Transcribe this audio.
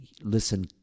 listen